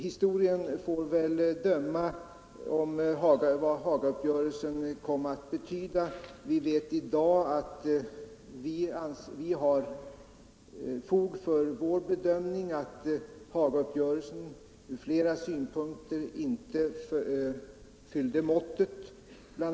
Historien får väl visa vad Hagauppgörelsen kan komma att betyda. Vi vet i dag att vi har fog för vår bedömning att Hagauppgörelsen från flera synpunkter inte fyllde måttet. Bl.